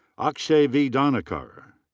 akshay v. dandekar.